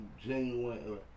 genuine